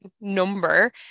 number